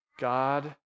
God